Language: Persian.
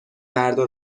مردا